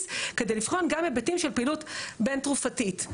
כדי לבחון גם היבטים של פעילות בין תרופתית".